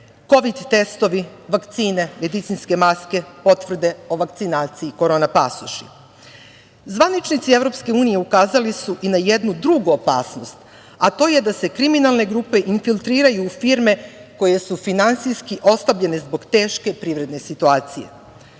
kovid testovi, vakcine, medicinske maske, potvrde o vakcinaciji, korona pasoši. Zvaničnici Evropske unije ukazali su i na jednu drugu opasnost, a to je da se kriminalne grupe infiltriraju u firme koje su finansijski oslabljene zbog teške privredne situacije.